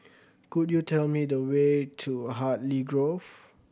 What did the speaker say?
could you tell me the way to Hartley Grove